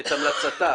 את המלצתה.